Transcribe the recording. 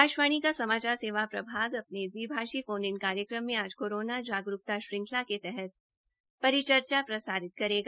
आकाषवाणी का समाचार सेवा प्रभाग अपने द्विभाषी फोन इन कार्यक्रम में आज कोरोना जागरूकता श्रृंखला के तहत परिचर्चा प्रसारित करेगा